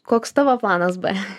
koks tavo planas b